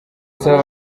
nsaba